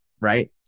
right